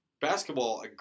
basketball